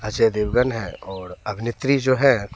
अजय देवगन है और अभिनेत्री जो है